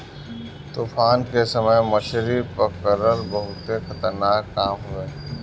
तूफान के समय मछरी पकड़ल बहुते खतरनाक काम हवे